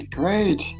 great